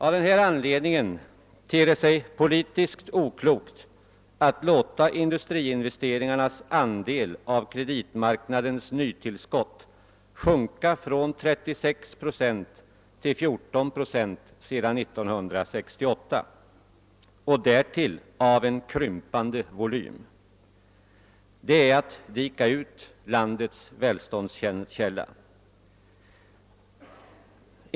Av denna anledning ter det sig politiskt oklokt att låta industriinvesteringarnas andel av kreditmarknadens nytill skott sjunka från 36 till 14 procent — vilket den gjort sedan 1968 — och därtill av en krympande volym. Detta är detsamma som att dika ut landets välståndskälla.